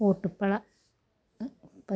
ഓട്ടുപ്പഴ